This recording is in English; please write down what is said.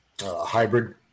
hybrid